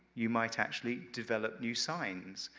you might actually develop new signs,